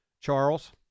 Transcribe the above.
Charles